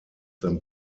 them